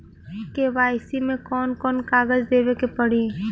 KYC मे कौन कौन कागज देवे के पड़ी?